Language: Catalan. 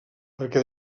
perquè